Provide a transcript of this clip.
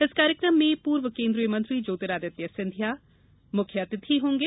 इस कार्यक्रम में पूर्व केन्द्रीय मंत्री ज्योतिरादित्य सिंधिया कार्यक्रम में मुख्य अतिथि होंगे